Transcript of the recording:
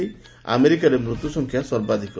ଆମେରିକାରେ ମୃତ୍ୟୁସଂଖ୍ୟା ସର୍ବାଧିକ